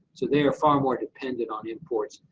so they are far more dependent on imports,